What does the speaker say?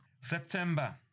September